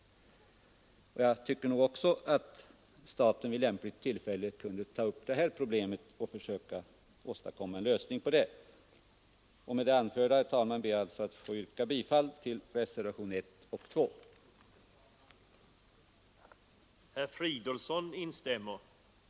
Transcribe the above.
Staten borde vid lämpligt tillfälle ta upp det här problemet och försöka åstadkomma en lösning på det. Med det anförda, herr talman, ber jag alltså att få yrka bifall till reservationerna 1 och 2.